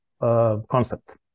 concept